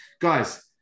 guys